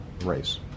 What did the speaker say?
race